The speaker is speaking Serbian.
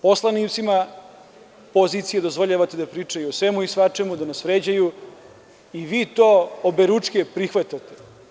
Poslanicima pozicije dozvoljavate da pričaju o svemu i svačemu, da nas vređaju, i vi to oberučke prihvatate.